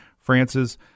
Francis